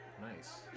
Nice